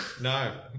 No